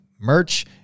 Merch